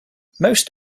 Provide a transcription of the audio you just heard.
most